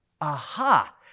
aha